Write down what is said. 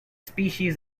species